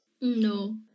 No